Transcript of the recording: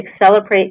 accelerate